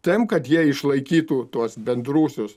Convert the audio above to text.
tam kad jie išlaikytų tuos bendruosius